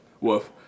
woof